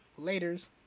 Laters